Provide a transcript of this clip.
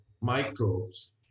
microbes